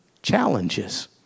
challenges